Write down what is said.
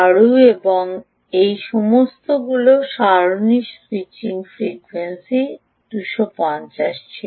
সুতরাং এই সমস্তগুলি মূলত সমস্ত সারণী স্যুইচিং ফ্রিকোয়েন্সি ছিল 250 ছিল